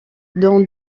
dans